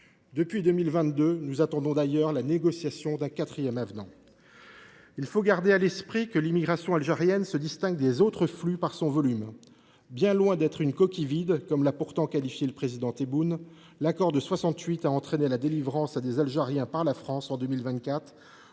Depuis 2022, nous attendons d’ailleurs la négociation d’un quatrième avenant. Il faut garder à l’esprit que l’immigration en provenance de ce pays se distingue des autres flux par son volume. Bien loin d’être une « coquille vide », comme l’a pourtant qualifié le président Tebboune, l’accord de 1968 a entraîné la délivrance par la France de plus